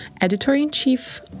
editor-in-chief